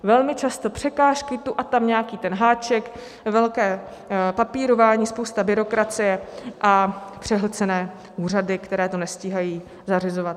Velmi často překážky, tu a tam nějaký ten háček, velké papírování, spousta byrokracie a přehlcené úřady, které to nestíhají zařizovat.